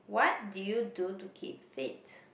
what did you do to keep fit